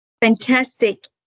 Fantastic